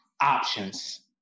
options